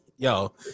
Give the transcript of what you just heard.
Yo